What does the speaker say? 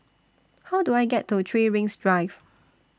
How Do I get to three Rings Drive